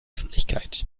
öffentlichkeit